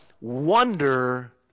wonder